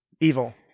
evil